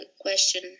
question